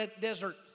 desert